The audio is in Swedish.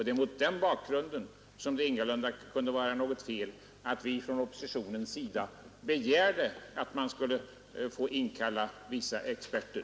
Det är mot den bakgrunden som det ingalunda kunde vara något fel att vi från oppositionens sida begärde att man skulle få inkalla vissa experter.